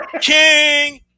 King